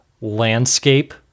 landscape